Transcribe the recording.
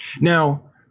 Now